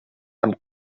amb